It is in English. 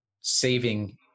saving